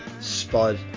Spud